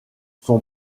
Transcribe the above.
son